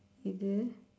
you there